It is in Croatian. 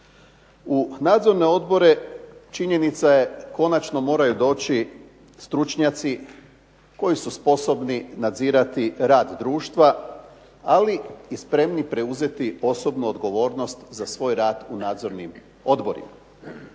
U nadzorne odbore činjenica je konačno moraju doći stručnjaci koji su sposobni nadzirati rad društva, ali i spremni preuzeti osobnu odgovornost za svoj rad u nadzornim odborima.